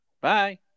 Bye